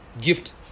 gift